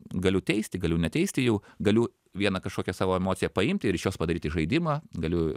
galiu teisti galiu neteisti jų galiu vieną kažkokią savo emociją paimti ir iš jos padaryti žaidimą galiu